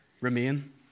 remain